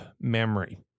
memory